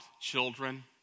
children